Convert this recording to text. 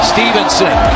Stevenson